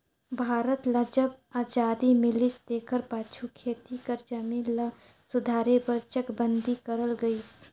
भारत ल जब अजादी मिलिस तेकर पाछू खेती कर जमीन ल सुधारे बर चकबंदी करल गइस